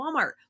Walmart